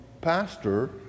pastor